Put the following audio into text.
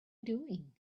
doing